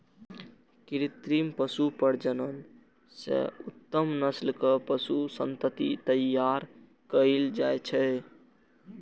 कृत्रिम पशु प्रजनन सं उत्तम नस्लक पशु संतति तैयार कएल जाइ छै